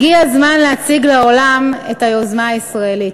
הגיע הזמן להציג לעולם את היוזמה הישראלית.